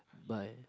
but